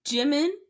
Jimin